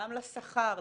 גם לשכר,